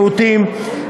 מיעוטים,